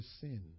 sin